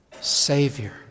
Savior